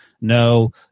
no